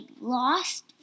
lost